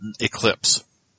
Eclipse